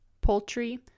poultry